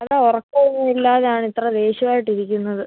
നല്ല ഉറക്കം ഒന്നും ഇല്ലാഞ്ഞാണ് ഇത്ര ദേഷ്യമായിട്ടിരിക്കുന്നത്